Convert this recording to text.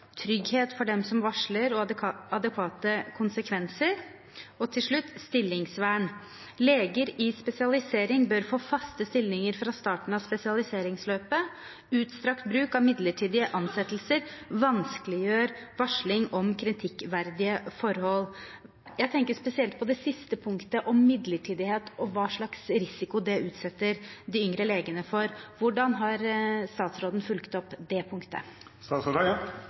trygghet for dem som varsler, og adekvate konsekvenser stillingsvern Leger i spesialisering bør få faste stillinger fra starten av spesialiseringsløpet. Utstrakt bruk av midlertidige ansettelser vanskeliggjør varsling om kritikkverdige forhold. Jeg tenker spesielt på det siste punktet om midlertidighet og hva slags risiko det utsetter de yngre legene for. Hvordan har statsråden fulgt opp det